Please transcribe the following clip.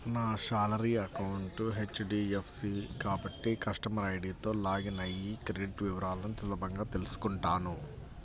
నా salary account HDFC కాబట్టి customer ఐడీతో లాగిన్ అయ్యి క్రెడిట్ వివరాలను సులభంగా తెల్సుకుంటాను